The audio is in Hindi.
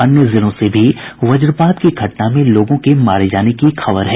अन्य जिलों से भी वज्रपात की घटना में लोगों के मारे जाने की खबर है